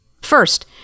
First